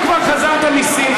אם כבר חזרת מסין,